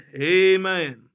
Amen